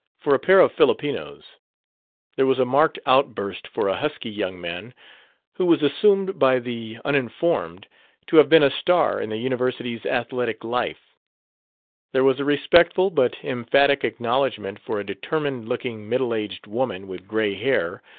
for a pair of filipinos there was a marked outburst for a husky young man who was assumed by the uninformed to have been a star in the university's athletic life there was a respectful but emphatic acknowledgment for a determined-looking middle-aged woman with gray hair,